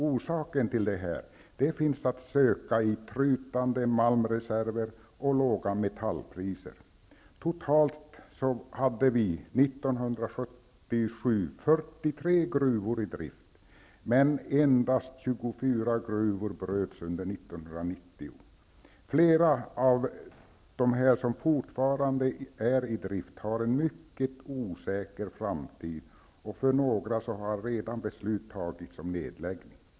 Orsaken till detta finns att söka i trytande malmreserver och låga metallpriser. Totalt hade vi 43 gruvor i drift 1977, medan endast 24 gruvor bröts under 1990. Flera av dem som fortfarande är i drift har en mycket osäker framtid, och för några har beslut redan fattats om nedläggning.